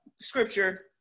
scripture